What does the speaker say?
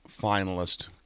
finalist